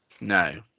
No